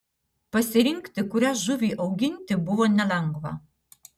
pasirinkti kurią žuvį auginti buvo nelengva